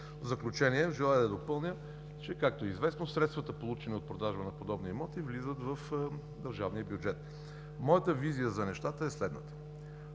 В заключение желая да допълня, че, както е известно, средствата, получени от продажба на подобни имоти, влизат в държавния бюджет. Моята визия за нещата е следната.